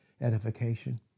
Edification